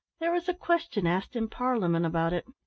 there was a question asked in parliament about it.